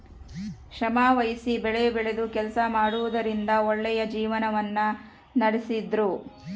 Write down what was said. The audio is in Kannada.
ಶ್ರಮವಹಿಸಿ ಬೆಳೆಬೆಳೆದು ಕೆಲಸ ಮಾಡುವುದರಿಂದ ಒಳ್ಳೆಯ ಜೀವನವನ್ನ ನಡಿಸ್ತಿದ್ರು